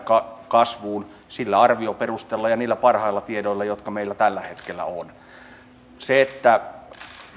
kasvuun sillä arvioperusteella ja niillä parhailla tiedoilla jotka meillä tällä hetkellä on